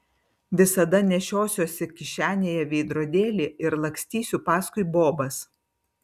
visada nešiosiuosi kišenėje veidrodėlį ir lakstysiu paskui bobas